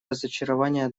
разочарование